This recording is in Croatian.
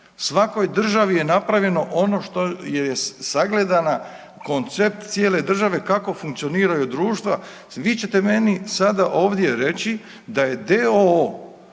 Svakoj državi je napravljeno ono što je sagledana koncept cijele države, kako funkcioniraju društva, vi ćete meni sada ovdje reći da je d.o.o.